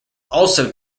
also